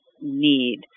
need